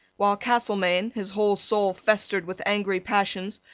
while castelmaine, his whole soul festered with angry passions,